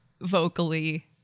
vocally